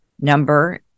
number